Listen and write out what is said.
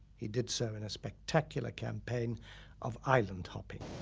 he did so in a spectacular campaign of island hopping.